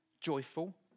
Joyful